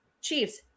Chiefs